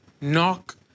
knock